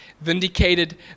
vindicated